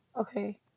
Okay